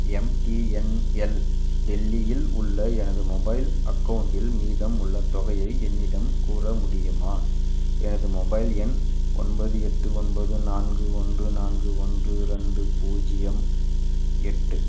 MTNL டெல்லியில் உள்ள எனது மொபைல் அக்கவுண்ட்டில் மீதம் உள்ள தொகையை என்னிடம் கூற முடியுமா எனது மொபைல் எண் ஒன்பது எட்டு ஒன்பது நான்கு ஒன்று நான்கு ஒன்று ரெண்டு பூஜ்ஜியம் எட்டு